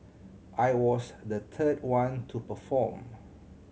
I was the third one to perform